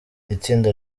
itsinda